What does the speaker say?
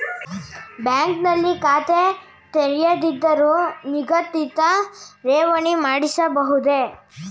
Bank ನಲ್ಲಿ ಖಾತೆ ತೆರೆಯದಿದ್ದರೂ ನಿಗದಿತ ಠೇವಣಿ ಮಾಡಿಸಬಹುದೇ?